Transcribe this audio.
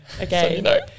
Okay